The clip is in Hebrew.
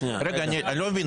רגע, אני לא מבין.